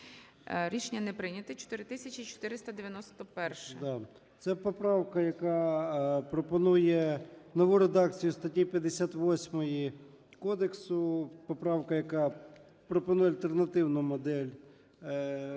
ЧЕРНЕНКО О.М. Да. Це поправка, яка пропонує нову редакцію статті 58 кодексу, поправка, яка пропонує альтернативну модель